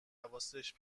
حواسش